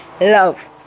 love